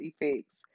effects